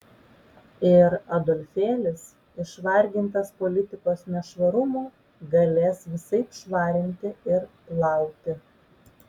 ir adolfėlis išvargintas politikos nešvarumų galės visaip švarinti ir plauti